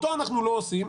אותו אנחנו לא עושים,